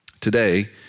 Today